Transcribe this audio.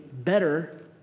better